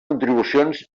contribucions